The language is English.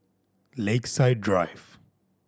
Lakeside Drive